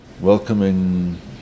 welcoming